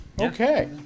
Okay